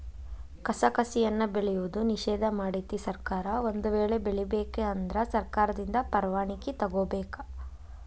ಕಸಕಸಿಯನ್ನಾ ಬೆಳೆಯುವುದು ನಿಷೇಧ ಮಾಡೆತಿ ಸರ್ಕಾರ ಒಂದ ವೇಳೆ ಬೆಳಿಬೇಕ ಅಂದ್ರ ಸರ್ಕಾರದಿಂದ ಪರ್ವಾಣಿಕಿ ತೊಗೊಬೇಕ